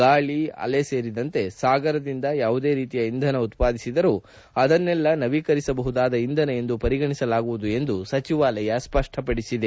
ಗಾಳಿ ಅಲೆ ಸೇರಿದಂತೆ ಸಾಗರದಿಂದ ಯಾವುದೇ ರೀತಿಯ ಇಂಧನ ಉತ್ಪಾದಿಸಿದರೂ ಅದನ್ನೆಲ್ಲ ನವೀಕರಿಸಬಹುದಾದ ಇಂಧನ ಎಂದು ಪರಿಗಣಿಸಲಾಗುವುದು ಎಂದು ಸಚಿವಾಲಯ ಸ್ಪಷ್ನಪಡಿಸಿದೆ